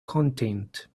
content